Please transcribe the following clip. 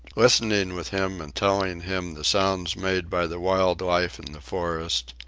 listening with him and telling him the sounds made by the wild life in the forest,